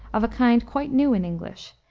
of a kind quite new in english,